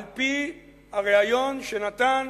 על-פי הריאיון שנתן